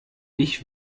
ich